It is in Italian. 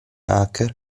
hacker